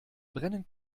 brennen